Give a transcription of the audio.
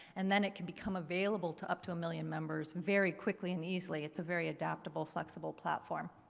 and then it could become available to up to a million members very quickly and easily. it's a very adaptable, flexible platform.